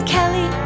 Kelly